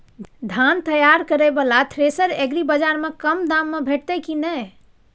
धान तैयार करय वाला थ्रेसर एग्रीबाजार में कम दाम में भेटत की नय?